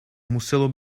muselo